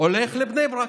הולכים לבני ברק.